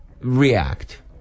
React